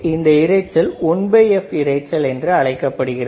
இந்த இரைச்சல் 1f இரைச்சல் என்று அழைக்கப்படுகிறது